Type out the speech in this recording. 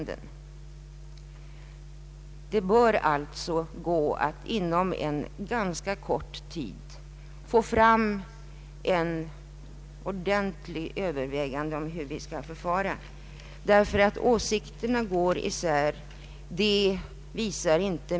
Det bör alltså gå att inom en ganska kort tid få fram konkreta förslag om hur vi skall förfara.